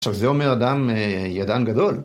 עכשיו, זה אומר אדם אה... ידען גדול.